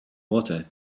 water